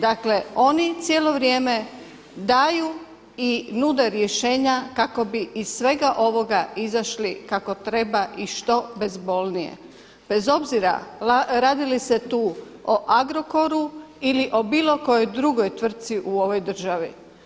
Dakle, oni cijelo vrijeme daju i nude rješenja kako bi iz svega ovoga izašli kako treba i što bezbolnije bez obzira radi li se tu o Agrokoru ili o bilo kojoj drugoj tvrtci u ovoj državi.